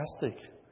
fantastic